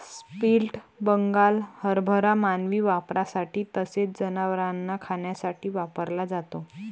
split Bengal हरभरा मानवी वापरासाठी तसेच जनावरांना खाण्यासाठी वापरला जातो